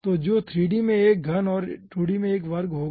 तो जो 3 डी में एक घन और 2d में एक वर्ग होगा